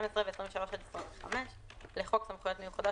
12 ו-23 עד 25 לחוק סמכויות מיוחדות